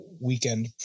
weekend